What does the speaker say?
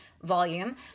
volume